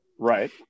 Right